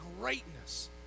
greatness